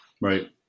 right